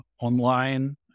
online